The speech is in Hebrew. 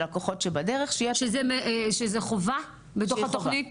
ה'כוחות שבדרך' --- שזה חובה בתוך התוכנית?